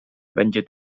będzie